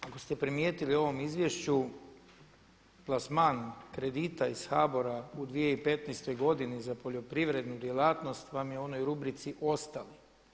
Ako ste primijetili u ovom izvješću plasman kredita iz HBOR-a u 2015. godini za poljoprivrednu djelatnost vam je u onoj rubrici ostali.